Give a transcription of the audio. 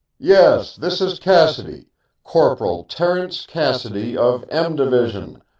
yes, this is cassidy corporal terence cassidy, of m division,